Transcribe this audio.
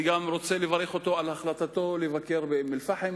אני גם רוצה לברך אותו על החלטתו לבקר באום-אל-פחם,